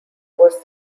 was